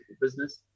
business